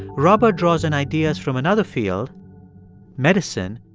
robert draws in ideas from another field medicine